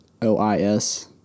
OIS